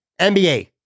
NBA